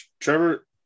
Trevor